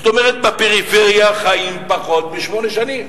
זאת אומרת, בפריפריה חיים פחות בשמונה שנים.